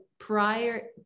prior